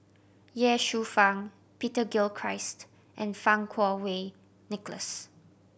Ye Shufang Peter Gilchrist and Fang Kuo Wei Nicholas